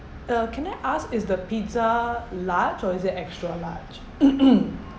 uh can I ask is the pizza large or is it extra large